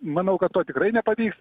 manau kad to tikrai nepavyks